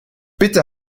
bitte